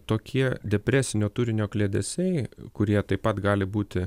tokie depresinio turinio kliedesiai kurie taip pat gali būti